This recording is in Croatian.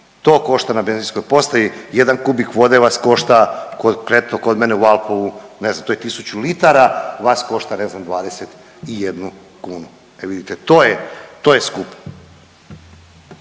To košta na benzinskoj postaji, jedan kubik vode vas košta kod, eto, kod mene u Valpovu, ne znam, to je 1000 litara, vas košta, ne znam, 21 kunu. E vidite, to je,